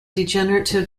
degenerative